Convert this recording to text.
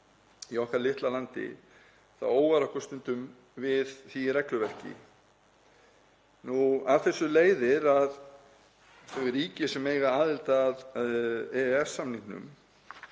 í okkar litla landi þá óar okkur stundum við því regluverki. Af þessu leiðir að þeim ríkjum sem eiga aðild að EES-samningnum